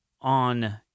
on